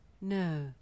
no